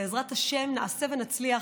בעזרת השם נעשה ונצליח.